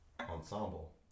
ensemble